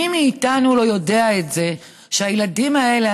מי מאיתנו לא יודע את שהילדים האלה,